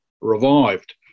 revived